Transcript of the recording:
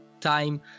time